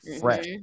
fresh